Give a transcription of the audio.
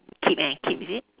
keep eh keep is it